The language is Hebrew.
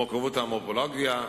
מורכבות המורפולוגיה,